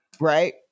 Right